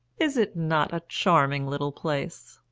is it not a charming little place?